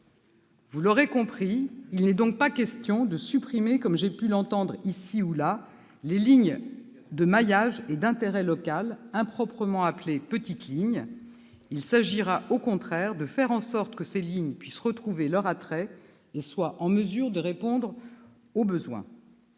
Vous l'aurez compris, il n'est donc pas question de supprimer, comme j'ai pu l'entendre ici ou là, les lignes de maillage et d'intérêt local, improprement appelées « petites lignes ». Il s'agira, au contraire, de faire en sorte que ces lignes puissent retrouver leur attrait et soient en mesure de répondre aux besoins.